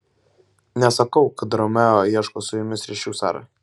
nesakau kad romeo ieško su jumis ryšių sara